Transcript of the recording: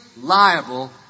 liable